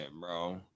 bro